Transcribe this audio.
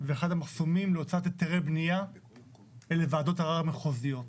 ואחד המחסומים להוצאת היתרי בנייה אלה ועדות ערר מחוזיות.